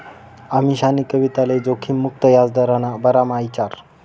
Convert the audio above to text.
अमीशानी कविताले जोखिम मुक्त याजदरना बारामा ईचारं